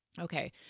Okay